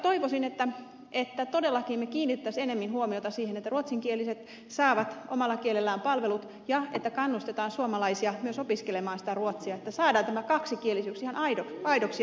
toivoisin että todellakin me kiinnittäisimme enemmän huomiota siihen että ruotsinkieliset saavat omalla kielellään palvelut ja että kannustetaan suomalaisia myös opiskelemaan ruotsia jotta saadaan tämä kaksikielisyys ihan aidoksi asiaksi suomessa